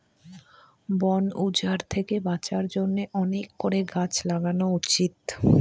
বন উজাড় থেকে বাঁচার জন্য অনেক করে গাছ লাগানো উচিত